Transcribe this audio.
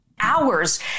Hours